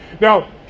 Now